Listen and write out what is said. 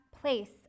place